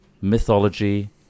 mythology